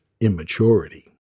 immaturity